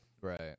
Right